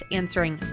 answering